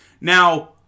Now